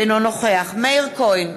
אינו נוכח מאיר כהן,